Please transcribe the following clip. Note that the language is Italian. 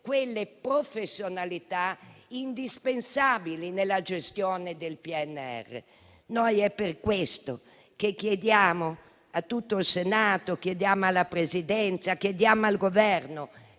quelle professionalità indispensabili nella gestione del PNRR. È per questo che chiediamo, a tutto il Senato, alla Presidenza e al Governo,